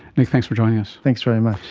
nick, thanks for joining us. thanks very much.